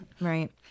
Right